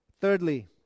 Thirdly